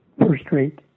first-rate